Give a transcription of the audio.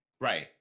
right